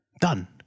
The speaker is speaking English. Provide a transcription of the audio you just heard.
Done